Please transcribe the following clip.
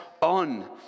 on